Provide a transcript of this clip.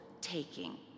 taking